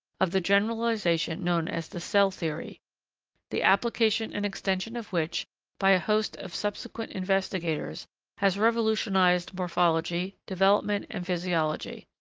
of the generalisation known as the cell theory the application and extension of which by a host of subsequent investigators has revolutionised morphology, development, and physiology.